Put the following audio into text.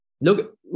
Look